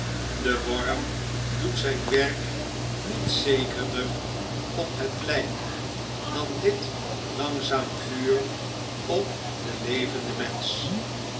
de worm doet zijn werk niet zekerder op het lijk dan dit langzaam vuur op den levenden mensch